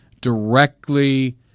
directly